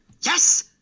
Yes